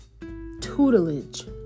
tutelage